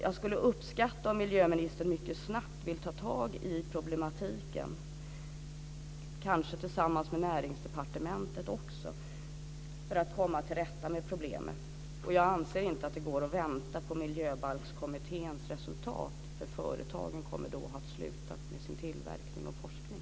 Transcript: Jag skulle uppskatta om miljöministern mycket snabbt ville ta tag i detta, kanske också tillsammans med Näringsdepartementet, för att komma till rätta med problemet. Jag anser inte att det går att vänta på miljöbalkskommitténs resultat, för företagen kommer då att ha slutat med sin tillverkning och forskning.